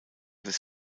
des